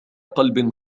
قلب